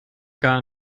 gar